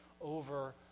over